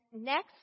next